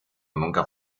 nunca